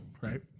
right